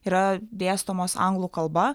yra dėstomos anglų kalba